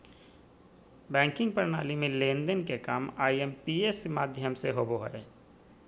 banking प्रणाली में लेन देन के काम आई.एम.पी.एस माध्यम से होबो हय